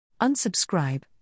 Unsubscribe